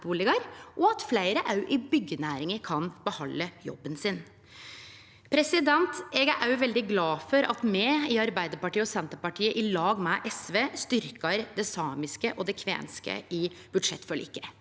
og at fleire i byggjenæringa kan behalde jobben sin. Eg er òg veldig glad for at me i Arbeidarpartiet og Senterpartiet, i lag med SV, styrkjer det samiske og det kvenske i budsjettforliket.